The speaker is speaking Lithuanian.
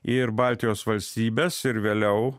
ir baltijos valstybes ir vėliau